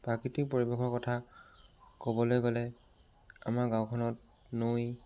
প্ৰাকৃতিক পৰিৱেশৰ কথা ক'বলৈ গ'লে আমাৰ গাঁওখনত নৈ